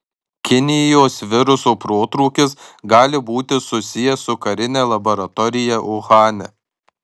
kinijos viruso protrūkis gali būti susijęs su karine laboratorija uhane